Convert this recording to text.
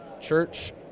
Church